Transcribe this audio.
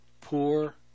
poor